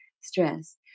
stress